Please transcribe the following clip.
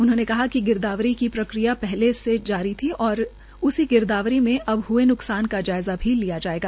उन्होंने कहा कि गिरदावरी की प्रक्रिया पहले से जारी थी और उसी गिरदावरी में अब हुय नुकसान का जायज़ा भी लिया जायेगा